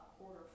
quarter